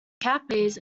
cafes